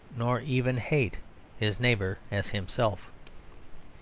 nor even hate his neighbour as himself.